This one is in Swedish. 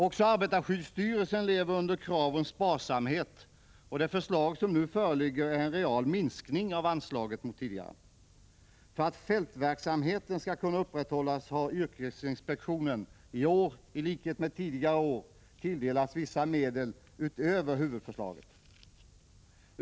Också arbetarskyddsstyrelsen lever under krav på sparsamhet, och det förslag som nu föreligger är en real minskning av anslaget mot tidigare. För att fältverksamheten skall kunna upprätthållas har yrkesinspektionen i år i likhet med tidigare år tilldelats vissa medel utöver huvudförslaget.